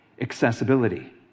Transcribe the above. Accessibility